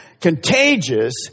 Contagious